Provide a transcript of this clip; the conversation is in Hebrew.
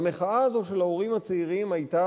והמחאה הזו של ההורים הצעירים היתה,